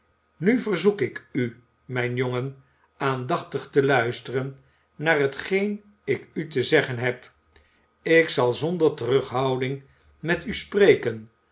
nu verzoek ik u mijn jongen aandachtig te luisteren naar hetgeen ik u te zeggen heb ik zal zonder terughouding met u spreken